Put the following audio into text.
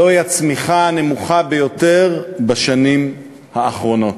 זוהי הצמיחה הנמוכה ביותר בשנים האחרונות.